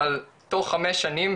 אבל תוך 5 שנים,